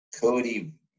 Cody